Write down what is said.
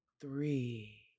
three